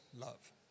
love